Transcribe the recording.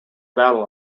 battle